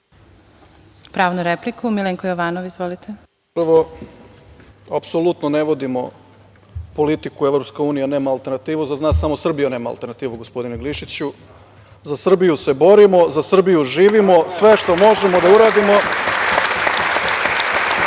Pravo na repliku, Milenko Jovanov. Izvolite. **Milenko Jovanov** Prvo, apsolutno ne vodimo politiku „Evropska unija nema alternativu“, kod nas samo Srbija nema alternativu, gospodine Glišiću. Za Srbiju se borimo, za Srbiju živimo, sve što možemo da uradimo